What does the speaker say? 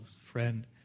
Friend